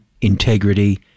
integrity